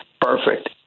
perfect